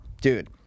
dude